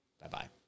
Bye-bye